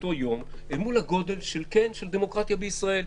באותו יום אל מול הגודל של דמוקרטיה בישראל.